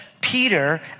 Peter